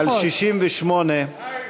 חיים,